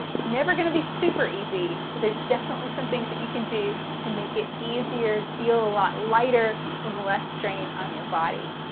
it's never going to be super easy, but there's definitely some things that you can do to make it easier, feel a lot lighter, with less strain on your body.